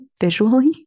visually